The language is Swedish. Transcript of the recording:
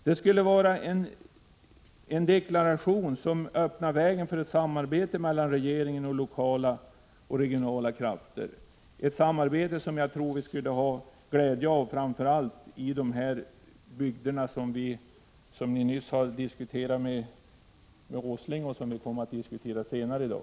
Det skulle vara en deklaration som öppnar vägen för ett samarbete mellan regeringen och lokala och regionala krafter, ett samarbete som jag tror vi skulle ha glädje av, framför allt i sådana bygder som nyss diskuterades med Nils G. Åsling och som kommer att diskuteras senare i dag.